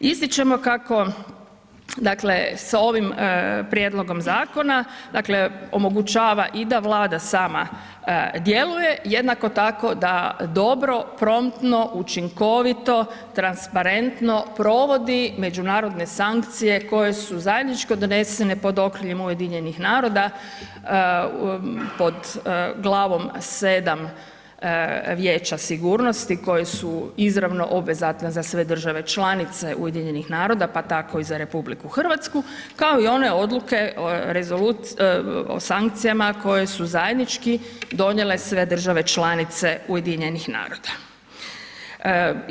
Ističemo kako, dakle, sa ovim prijedlogom zakona, dakle, omogućava da i Vlada sama djeluje, jednako tako da dobro, promptno, učinkovito, transparentno provodi međunarodne sankcije koje su zajednički donesene pod okriljem UN-a pod glavom 7. Vijeća sigurnosti koje su izravno obvezatne za sve države članice UN-a, pa tako i za RH, kao i one odluke o sankcijama koje su zajednički donijele sve države članice UN-a.